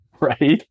right